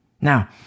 Now